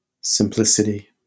simplicity